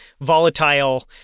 volatile